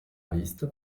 visita